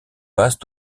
passe